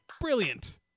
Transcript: brilliant